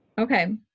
Okay